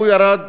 הוא ירד,